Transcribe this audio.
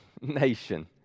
nation